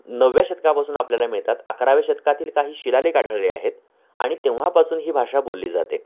नवव्या शतकापासून आपल्याला मिळतात अकराव्या शतकातील काही शिलालेख आढळले आहेत आणि तेव्हापासून ही भाषा बोलली जाते